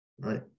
right